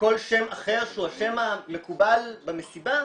כל שם אחר שהוא השם המקובל במסיבה,